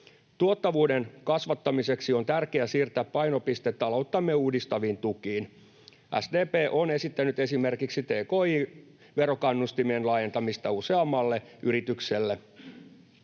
Tuottavuuden kasvattamiseksi on tärkeää siirtää painopiste talouttamme uudistaviin tukiin. SDP on esittänyt esimerkiksi tki-verokannustimien laajentamista useammalle yritykselle.